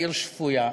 עיר שפויה,